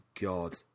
God